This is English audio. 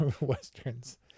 Westerns